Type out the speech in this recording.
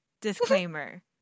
disclaimer